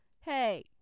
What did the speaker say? Hey